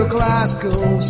Glasgow